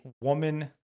woman